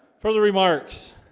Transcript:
for the remarks